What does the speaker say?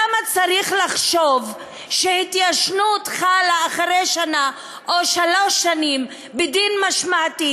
למה צריך לחשוב שהתיישנות חלה אחרי שנה או שלוש שנים בדין משמעתי